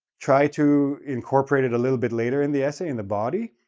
try to incorporate it a little bit later in the essay, in the body,